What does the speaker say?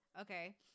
Okay